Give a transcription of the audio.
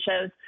shows